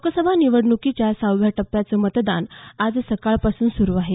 लोकसभा निवडणुकीच्या सहाव्या टप्याचं मतदान आज सकाळपासून सुरु आहे